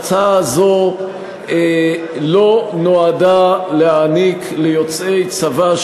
ההצעה הזאת לא נועדה להעניק ליוצאי צבא,